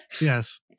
yes